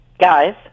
Guys